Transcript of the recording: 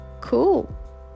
cool